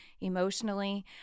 emotionally